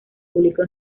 público